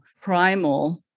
primal